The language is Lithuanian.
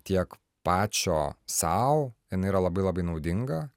tiek pačio sau jinai yra labai labai naudinga